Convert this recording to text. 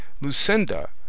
Lucinda